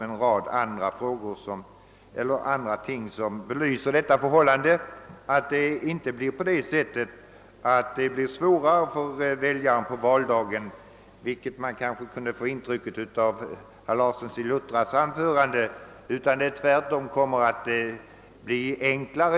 Av det anförande som herr Larsson i Luttra höll kunde man kanske få det intrycket att väljarna skulle få det svårare på valdagen med det nya systemet, men så är inte fallet. Det kommer tvärtom att bli enklare.